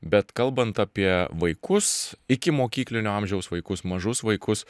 bet kalbant apie vaikus ikimokyklinio amžiaus vaikus mažus vaikus